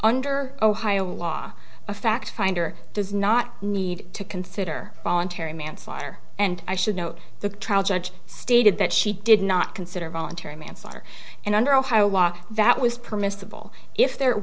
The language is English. under ohio law a fact finder does not need to consider voluntary manslaughter and i should note the trial judge stated that she did not consider voluntary manslaughter and under ohio law that was permissible if there